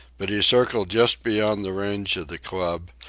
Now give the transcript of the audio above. but he circled just beyond the range of the club,